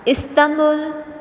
Istanbul